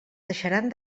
deixaran